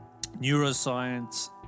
neuroscience